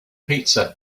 pizza